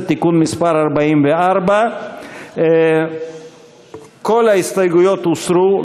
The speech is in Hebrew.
(תיקון מס' 44). כל ההסתייגויות הוסרו,